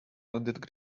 landed